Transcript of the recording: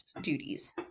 duties